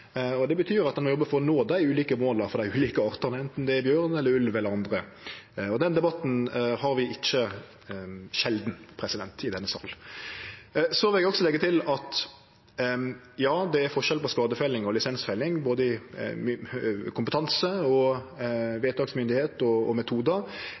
Det betyr at ein må jobbe for å nå dei ulike måla for dei ulike artane, anten det er bjørn eller ulv eller andre, og den debatten har vi ikkje sjeldan i denne sal. Ja, det er forskjell på skadefelling og lisensfelling, både med tanke på kompetanse, vedtaksmyndigheit og